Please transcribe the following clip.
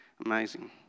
amazing